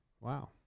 Wow